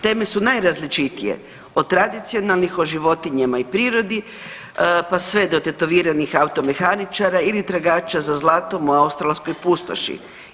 Teme su najrazličitije od tradicionalnih o životinjama i prirodi pa sve do tetoviranih automehaničara ili tragača za zlatom u australskoj pustoši.